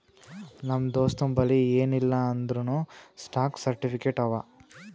ನಮ್ ದೋಸ್ತಬಲ್ಲಿ ಎನ್ ಇಲ್ಲ ಅಂದೂರ್ನೂ ಸ್ಟಾಕ್ ಸರ್ಟಿಫಿಕೇಟ್ ಅವಾ